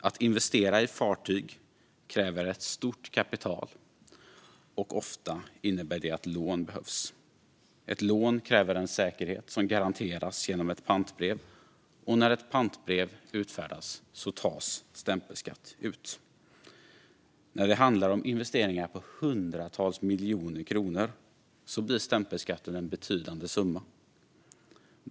Att investera i fartyg kräver ett stort kapital, och ofta innebär det att ett lån behövs. Ett lån kräver en säkerhet som garanteras genom ett pantbrev, och när ett pantbrev utfärdas tas stämpelskatt ut. När det handlar om investeringar på hundratals miljoner kronor blir stämpelskatten en betydande summa.